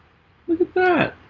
look at that